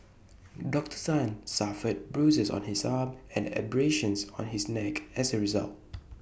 Doctor Tan suffered bruises on his arm and abrasions on his neck as A result